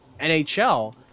NHL